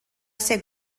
ser